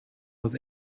was